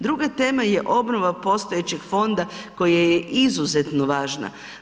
Druga tema je obnova postojećeg fonda koja je izuzetno važna.